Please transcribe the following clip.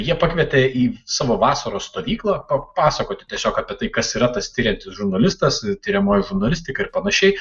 jie pakvietė į savo vasaros stovyklą pasakoti tiesiog apie tai kas yra tas tiriantis žurnalistas ir tiriamoji žurnalistika ir panašiai